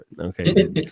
Okay